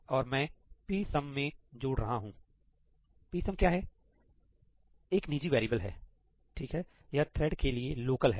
और मैं psum मैं जोड़ रहा हूं psum क्या है एक निजी वेरिएबल है ठीक हैयह थ्रेड के लिए लोकल है